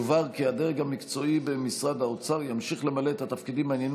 יובהר כי הדרג המקצועי במשרד האוצר ימשיך למלא את התפקידים בעניינים